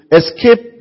escape